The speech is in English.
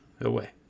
away